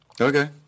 Okay